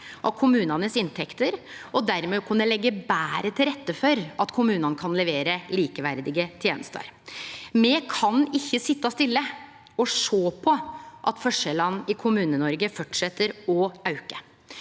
til kommunane og dermed kunne leggje betre til rette for at kommunane kan levere likeverdige tenester. Me kan ikkje sitje stille og sjå på at forskjellane i Kommune-Noreg fortset å au ke.